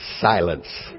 Silence